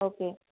okay